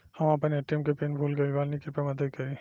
हम आपन ए.टी.एम के पीन भूल गइल बानी कृपया मदद करी